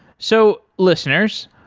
so, listeners,